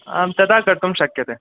आं तथा कर्तुं शक्यते